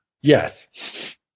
Yes